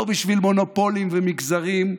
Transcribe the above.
לא בשביל מונופולים ומגזרים,